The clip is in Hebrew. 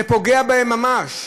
זה פוגע בהם ממש.